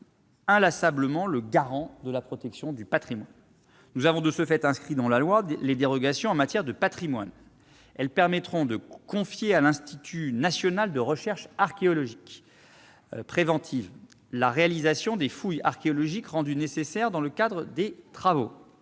l'occasion de le dire en première lecture. Nous avons de ce fait inscrit dans la loi les dérogations en matière de patrimoine. Elles permettront de confier à l'Institut national de recherches archéologiques préventives, l'Inrap, la réalisation des fouilles archéologiques rendues nécessaires dans le cadre des travaux.